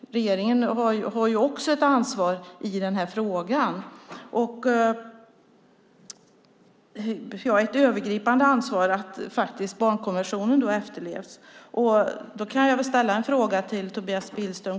Regeringen har ett övergripande ansvar för att barnkonventionen efterlevs.